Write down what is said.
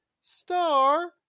star